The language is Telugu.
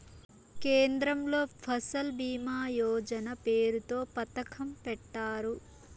కేంద్రంలో ఫసల్ భీమా యోజన పేరుతో పథకం పెట్టారు